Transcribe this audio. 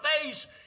face